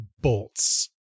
bolts